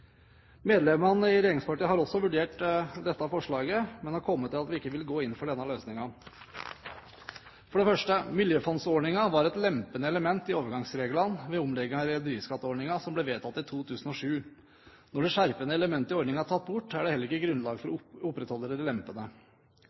Medlemmene i regjeringspartiene har også vurdert dette forslaget, men har kommet til at vi ikke vil gå inn for denne løsningen. For det første: Miljøfondsordningen var et lempende element i overgangsreglene ved omleggingen av rederiskatteordningen, som ble vedtatt i 2007. Når det skjerpende elementet i ordningen er tatt bort, er det heller ikke grunnlag for å opprettholde